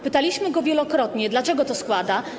Pytaliśmy go wielokrotnie, dlaczego to składa.